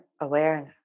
Awareness